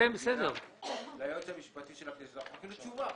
ליועץ המשפטי יש תשובה.